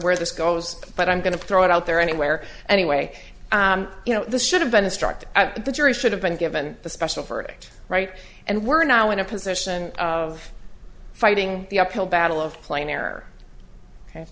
where this goes but i'm going to throw it out there anywhere anyway you know this should have been instructed the jury should have been given the special verdict right and we're now in a position of fighting the uphill battle of plainer